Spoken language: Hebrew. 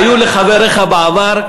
היו לחבריך בעבר,